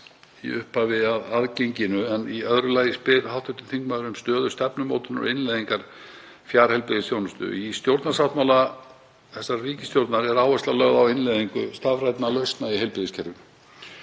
í upphafi sneri að aðgenginu. Í öðru lagi spyr hv. þingmaður um stöðu stefnumótunar og innleiðingar fjarheilbrigðisþjónustu. Í stjórnarsáttmála þessarar ríkisstjórnar er áhersla lögð á innleiðingu stafrænna lausna í heilbrigðiskerfinu